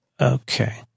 Okay